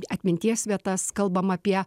atminties vietas kalbam apie